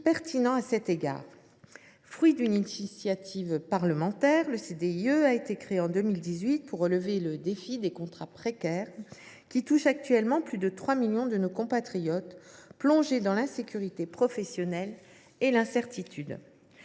pertinent à cet égard. Fruit d’une initiative parlementaire, ce type de contrat a été créé en 2018 pour relever le défi des contrats précaires, qui touchent actuellement plus de 3 millions de nos compatriotes, plongés dans l’insécurité professionnelle et l’incertitude.